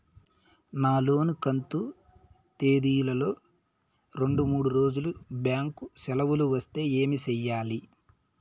నా లోను కంతు తేదీల లో రెండు మూడు రోజులు బ్యాంకు సెలవులు వస్తే ఏమి సెయ్యాలి?